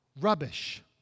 rubbish